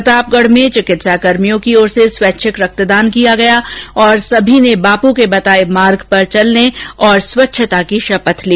प्रतापगढ में चिकित्साकर्मियों की ओर से स्वैच्छिक रक्तदान किया गया और सभी ने बापू के बताए मार्ग पर चलने और स्वच्छता की शपथ ली